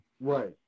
Right